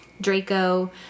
Draco